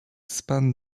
span